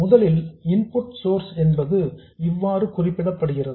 முதலில் input source என்பது இவ்வாறு குறிப்பிடப் படுகிறது